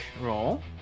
roll